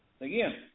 Again